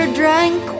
drank